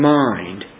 mind